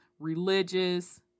religious